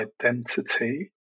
identity